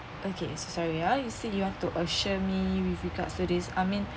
okay sorry ah you said you want to assure me with regards to this I mean